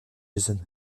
jason